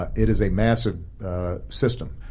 ah it is a massive system.